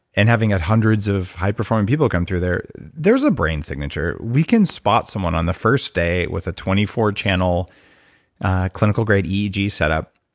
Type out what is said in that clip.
and having hundreds of high performing people come through there, there's a brain signature. we can spot someone on their first day with a twenty four channel clinical grade eeg set up.